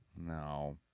No